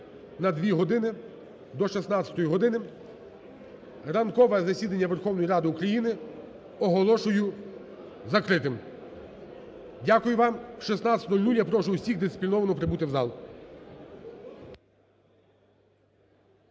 на дві години – до 16 години. Ранкове засідання Верховної Ради України оголошую закритим. Дякую вам. О 16:00 я прошу всіх дисципліновано прибути в зал.